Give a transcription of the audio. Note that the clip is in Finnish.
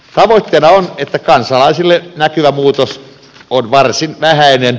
tavoitteena on että kansalaisille näkyvä muutos on varsin vähäinen